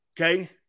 okay